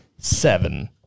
Seven